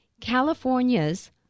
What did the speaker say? California's